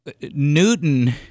Newton